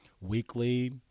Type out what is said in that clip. weekly